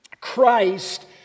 Christ